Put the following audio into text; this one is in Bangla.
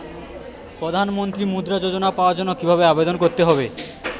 প্রধান মন্ত্রী মুদ্রা যোজনা পাওয়ার জন্য কিভাবে আবেদন করতে হবে?